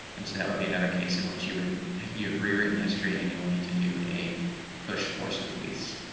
and so that would be another case in which you would you have rewritten history and you will need to do a push force with lease.